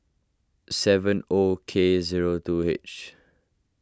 seven O K zero two H